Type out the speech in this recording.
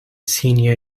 senior